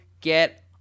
get